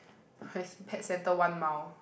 quest pet center one mile